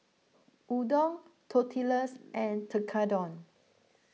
Udon Tortillas and Tekkadon